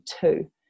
two